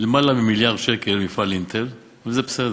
יותר ממיליארד שקל למפעל "אינטל", וזה בסדר.